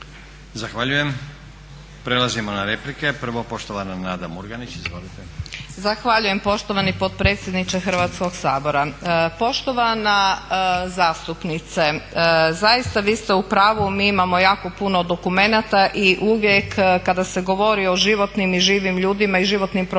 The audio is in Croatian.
Zahvaljujem. Prelazimo na replike. Prvo poštovana Nada Murganić, izvolite. **Murganić, Nada (HDZ)** Zahvaljujem poštovani potpredsjedniče Hrvatskog sabora. Poštovana zastupnice, zaista vi ste u pravu, mi imamo jako puno dokumenata i uvijek kada se govori o životnim i živim ljudima i životnim problemima